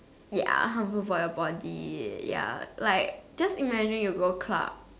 ya harmful for your body ya like just imagine you go club